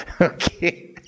Okay